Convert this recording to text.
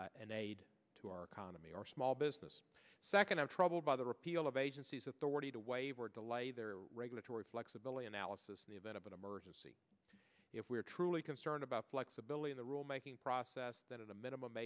in an aid to our economy or small business second i'm troubled by the repeal of agency's authority to waive or delayed their regulatory flexibility analysis in the event of an emergency if we are truly concerned about flexibility in the rule making process that a minimum